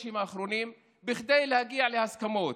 בחודשים האחרונים, כדי להגיע להסכמות.